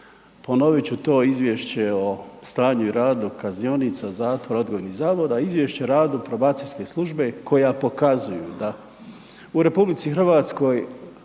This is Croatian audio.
ponovit ću to, Izvješće o stanju i radu kaznionica, zatvora, odgojnih zavoda i Izvješće o radu probacijske službe koja pokazuju da u RH funkcionira